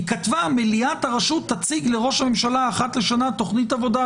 היא כתבה: מליאת הרשות תציג לראש הממשלה אחת לשנה תוכנית עבודה.